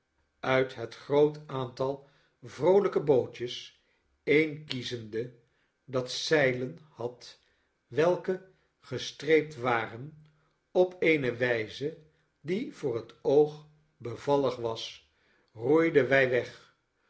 uit het groot aantal vroolijke bootjes een kiezende dat zeilen had welke gestreept waren op eene wijze die voor het oog bevallig was roeiden wij weg